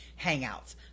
hangouts